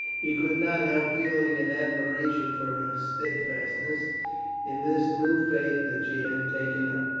he could not help feeling an admiration for her steadfastness in this new faith that she had taken up.